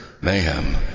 mayhem